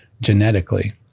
genetically